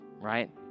Right